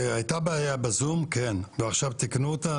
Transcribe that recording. בזום,